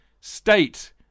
State